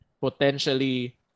potentially